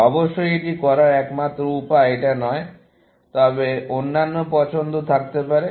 অবশ্যই এটি করার একমাত্র উপায় এটা নয় এবং অন্যান্য পছন্দ থাকতে পারে